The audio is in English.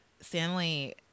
Stanley